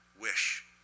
wish